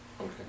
Okay